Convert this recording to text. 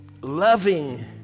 Loving